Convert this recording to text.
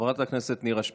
חברת הכנסת נירה שפק,